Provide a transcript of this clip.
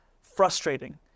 frustrating